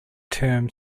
term